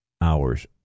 hours